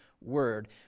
word